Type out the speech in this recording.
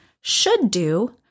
should-do